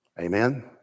Amen